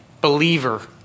believer